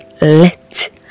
let